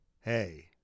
Hey